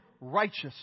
righteous